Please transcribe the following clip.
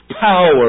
power